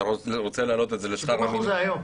אתה רוצה להעלות את זה -- 70% זה היום.